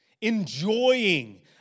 enjoying